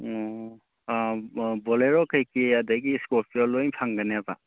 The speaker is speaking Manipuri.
ꯑꯣ ꯑꯥ ꯕꯣꯂꯦꯔꯣ ꯀꯔꯤ ꯀꯔꯤ ꯑꯗꯒꯤ ꯏꯁꯀꯣꯔꯄꯤꯌꯣꯟ ꯂꯣꯏ ꯐꯪꯒꯅꯦꯕ